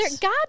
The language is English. God